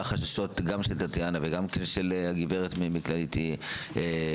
החששות גם של טטיאנה וגם של הגברת מכללית יירדו.